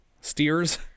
steers